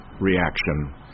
reaction